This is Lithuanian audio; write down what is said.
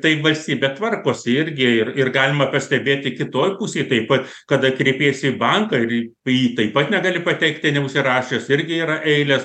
tai valstybė tvarkosi irgi ir ir galima pastebėti kitoj pusėj taip pat kada kreipiesi į banką ir į į jį taip pat negali patekti neužsirašęs irgi yra eilės